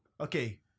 Okay